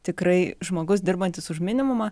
tikrai žmogus dirbantis už minimumą